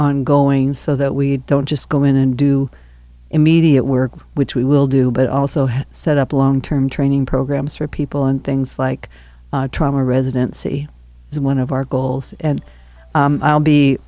ongoing so that we don't just go in and do immediate work which we will do but also have set up long term training programs for people and things like trauma residency is one of our goals and i'll be